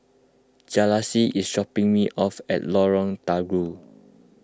Jalisa is dropping me off at Lorong Terigu